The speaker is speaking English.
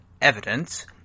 evidence